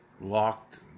locked